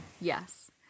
Yes